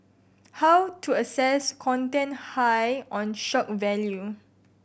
how to assess content high on shock value